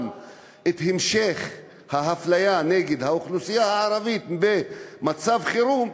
את המשך האפליה נגד האוכלוסייה הערבית במצב חירום,